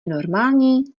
normální